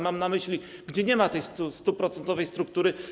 Mam na myśli te, gdzie nie ma tej 100-procentowej struktury.